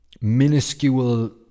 minuscule